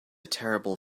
terrible